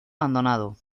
abandonado